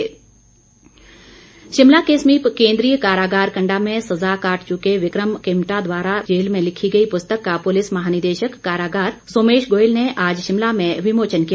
विमोचन शिमला के समीप केंद्रीय कारागार कंडा में सजा काट चुके विक्रम किमटा द्वारा जेल में लिखी गई पुस्तक का पुलिस महानिदेशक कारागार सोमेश गोयल ने आज शिमला में विमोचन किया